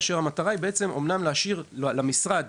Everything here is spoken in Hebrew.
המטרה היא להשאיר למשרד